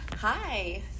Hi